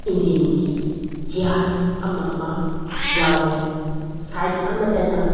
ꯏꯟꯖꯤꯟꯒꯤ gear ꯑꯃ ꯑꯃ ꯌꯥꯎꯔꯦ ꯁꯥꯏꯠ ꯑꯃꯗꯅ